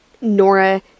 Nora